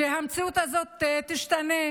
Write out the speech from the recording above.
שהמציאות הזאת תשתנה,